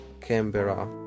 Canberra